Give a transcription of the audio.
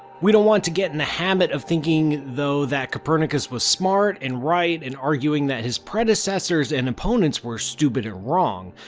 we don't want to get in the habit of thinking though that copernicus was smart and right and arguing that his predecessors and opponents were stupid and wrong,